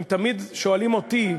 הם תמיד שואלים אותי,